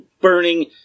burning